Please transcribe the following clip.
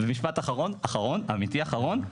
ומשפט אחרון, אמיתי אחרון.